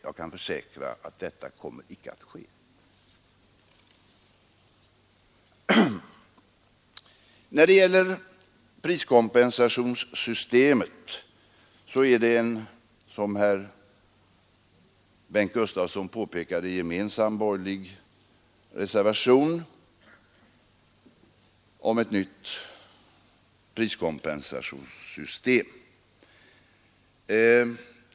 Jag kan försäkra att detta icke kommer att ske. Som herr Gustavsson i Eskilstuna påpekat finns det en gemensam borgerlig reservation om ett nytt priskompensationssystem.